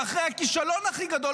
ואחרי הכישלון הכי גדול,